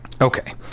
Okay